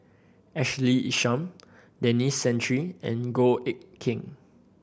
Ashley Isham Denis Santry and Goh Eck Kheng